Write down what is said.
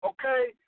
okay